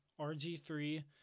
RG3